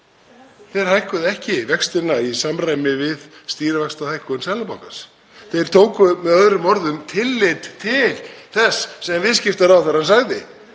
Þeir hækkuðu ekki vextina í samræmi við stýrivaxtahækkun Seðlabankans. Þeir tóku með öðrum orðum tillit til þess sem viðskiptaráðherra sagði